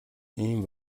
ийн